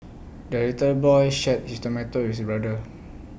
the little boy shared his tomato with his brother